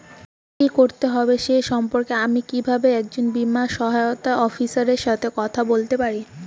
কী করতে হবে সে সম্পর্কে আমি কীভাবে একজন বীমা সহায়তা অফিসারের সাথে কথা বলতে পারি?